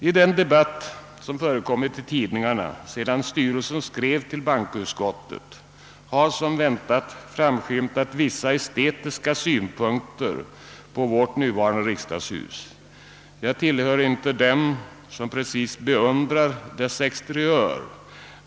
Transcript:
I den debatt, som förekommit i tidningarna sedan styrelsen skrev till bankoutskottet, har som väntat framskymtat vissa estetiska synpunkter på vårt nuvarande riksdagshus. Jag tillhör inte dem som precis beundrar dess exteriör.